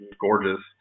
gorgeous